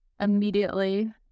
immediately